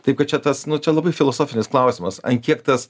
taip kad čia tas nu čia labai filosofinis klausimas ar kiek tas